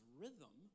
rhythm